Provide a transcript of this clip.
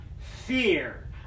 fear